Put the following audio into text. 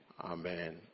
Amen